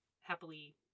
happily